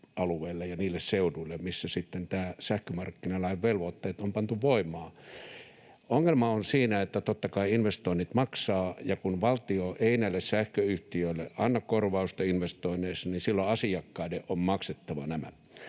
alueille ja niille seuduille, missä sitten nämä sähkömarkkinalain velvoitteet on pantu voimaan. Ongelma on siinä, että totta kai investoinnit maksavat, ja kun valtio ei näille sähköyhtiöille anna korvausta investoinneista, niin silloin asiakkaiden on maksettava nämä.